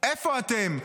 איפה אתם?